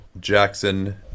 Jackson